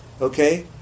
Okay